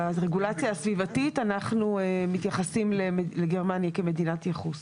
ברגולציה הסביבתית אנחנו מתייחסים לגרמניה כמדינת ייחוס.